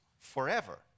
Forever